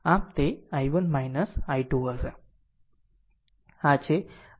આમ તે I1 I2 હશે